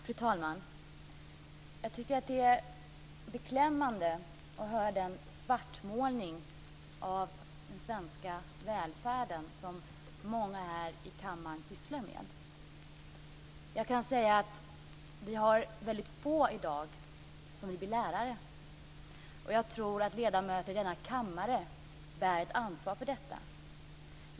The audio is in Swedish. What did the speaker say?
Fru talman! Jag tycker att det beklämmande att höra den svartmålning av den svenska välfärden som många här i kammaren sysslar med. Jag kan säga att det i dag är väldigt få som vill bli lärare. Och jag tror att ledamöter i denna kammare bär ett ansvar för detta.